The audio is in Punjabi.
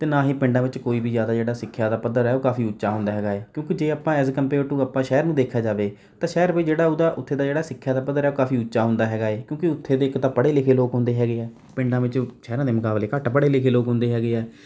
ਅਤੇ ਨਾ ਹੀ ਪਿੰਡਾਂ ਵਿੱਚ ਕੋਈ ਵੀ ਜ਼ਿਆਦਾ ਜਿਹੜਾ ਸਿੱਖਿਆ ਦਾ ਪੱਧਰ ਹੈ ਉਹ ਕਾਫੀ ਉੱਚਾ ਹੁੰਦਾ ਹੈਗਾ ਹੈ ਕਿਉਂਕਿ ਜੇ ਆਪਾਂ ਐਜ਼ ਕੰਪੇਅਰ ਟੂ ਆਪਾਂ ਸ਼ਹਿਰ ਨੂੰ ਦੇਖਿਆ ਜਾਵੇ ਤਾਂ ਸ਼ਹਿਰ ਵੀ ਜਿਹੜਾ ਉਹਦਾ ਉੱਥੇ ਦਾ ਜਿਹੜਾ ਸਿੱਖਿਆ ਦਾ ਪੱਧਰ ਹੈ ਉਹ ਕਾਫੀ ਉੱਚਾ ਹੁੰਦਾ ਹੈਗਾ ਹੈ ਕਿਉਂਕਿ ਉੱਥੇ ਦੇ ਇੱਕ ਤਾਂ ਪੜ੍ਹੇ ਲਿਖੇ ਲੋਕ ਹੁੰਦੇ ਹੈਗੇ ਹੈ ਪਿੰਡਾਂ ਵਿੱਚ ਸ਼ਹਿਰਾਂ ਦੇ ਮੁਕਾਬਲੇ ਘੱਟ ਪੜ੍ਹੇ ਲਿਖੇ ਲੋਕ ਹੁੰਦੇ ਹੈਗੇ ਹੈ